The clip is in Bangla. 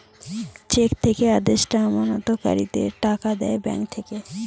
চেক থেকে আদেষ্টা আমানতকারীদের টাকা দেয় ব্যাঙ্ক থেকে